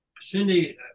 Cindy